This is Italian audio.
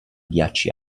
ghiacci